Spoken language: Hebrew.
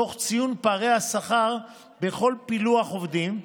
תוך ציון פערי השכר בכל פילוח עובדים.